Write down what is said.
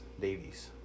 Davies